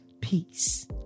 peace